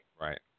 Right